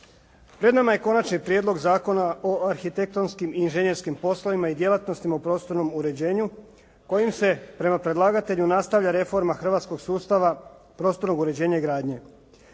Pred nama je Konačni prijedlog Zakona o arhitektonskim i inženjerskim poslovima i djelatnostima u prostornom uređenju kojim se prema predlagatelju nastavlja reforma hrvatskog sustava prostornog uređenja i gradnje.